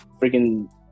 freaking